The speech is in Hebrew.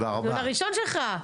היום הראשון שלך.